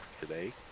today